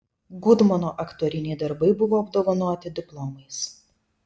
gudmono aktoriniai darbai buvo apdovanoti diplomais